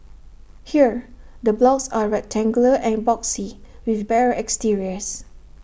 here the blocks are rectangular and boxy with bare exteriors